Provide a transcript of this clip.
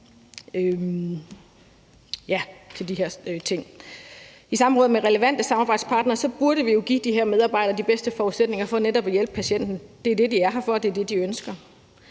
I samråd med relevante samarbejdspartnere burde vi jo give de her medarbejdere de bedste forudsætninger for netop at hjælpe patienten. Det er det, de er her for, og det er det, de ønsker.